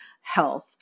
health